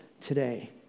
today